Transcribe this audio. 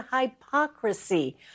hypocrisy